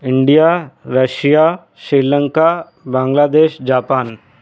India Russia Sri Lanka Bangladesh Pakistan